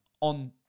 on